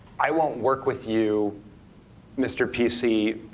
i won't work with you mr. pc,